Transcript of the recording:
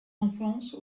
enfance